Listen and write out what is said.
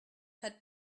had